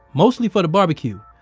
mostly for the barbecue,